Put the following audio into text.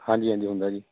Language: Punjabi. ਹਾਂਜੀ ਹਾਂਜੀ ਹੁੰਦਾ ਜੀ